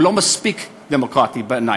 הוא לא מספיק דמוקרטי בעיני,